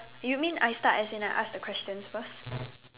you mean I start as in I ask the questions first